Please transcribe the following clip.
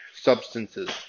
substances